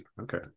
okay